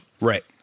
Right